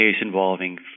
involving